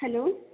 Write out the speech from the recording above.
hello